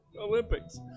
Olympics